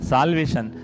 Salvation